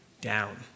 Down